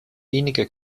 wenige